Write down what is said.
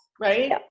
right